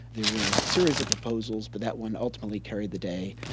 there were a series of proposals but that one ultimately carried the day,